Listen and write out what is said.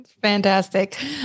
Fantastic